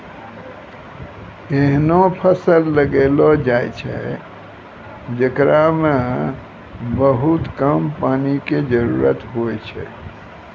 ऐहनो फसल लगैलो जाय छै, जेकरा मॅ बहुत कम पानी के जरूरत होय छै